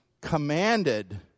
commanded